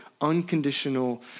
unconditional